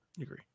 Agree